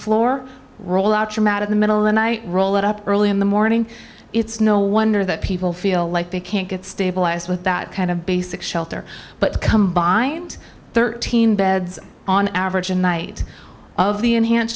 floor roll out to matt in the middle and i roll it up early in the morning it's no wonder that people feel like they can't get stabilized with that kind of basic shelter but combined thirteen beds on average in night of the enhanced